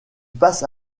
passe